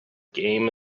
game